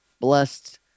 blessed